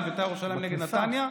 של בית"ר ירושלים נגד נתניה,